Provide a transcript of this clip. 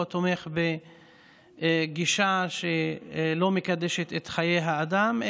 תומך בגישה שלא מקדשת את חיי האדם,